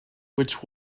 which